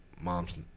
mom's